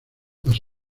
las